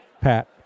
Pat